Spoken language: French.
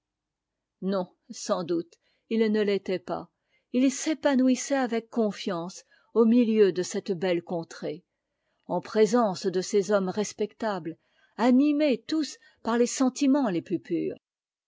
non sans doute il ne l'était pas il s'épanouissait avec confiance au milieu de cette belle contrée en présence de ces hommes respectables animés tous par les sentiments les plus purs